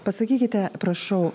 pasakykite prašau